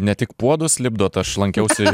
ne tik puodus lipdot aš lankiausi